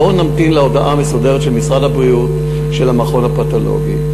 בואו נמתין להודעה המסודרת של משרד הבריאות ושל המכון הפתולוגי.